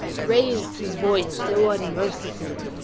raised his voice so unmercifully,